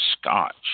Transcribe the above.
Scotch